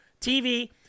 TV